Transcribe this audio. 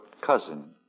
Cousin